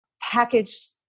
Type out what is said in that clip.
packaged